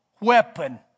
weapon